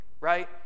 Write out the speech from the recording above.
right